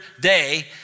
day